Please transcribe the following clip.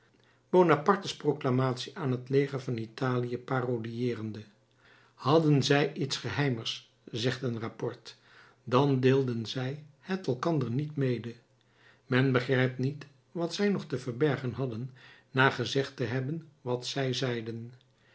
bonapartes proclamatie aan het leger van italië parodieerende hadden zij iets geheimers zegt een rapport dan deelden zij het elkander niet mede men begrijpt niet wat zij nog te verbergen hadden na gezegd te hebben wat zij zeiden